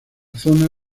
zona